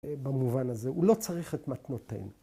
‫במובן הזה. ‫הוא לא צריך את מתנותיהם.